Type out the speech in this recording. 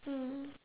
mm